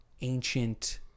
ancient